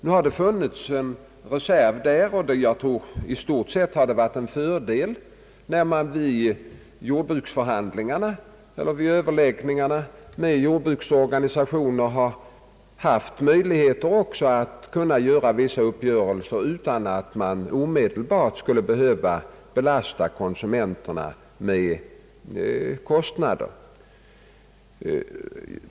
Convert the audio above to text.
Nu har det funnits en reserv, och jag tror att det i stort sett varit en fördel när man vid överläggningarna med jordbrukets organisationer haft möjlighet att träffa vissa uppgörelser utan att omedelbart behöva belasta konsumenterna med kostnader.